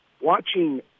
watching